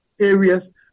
areas